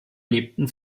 lebten